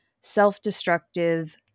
self-destructive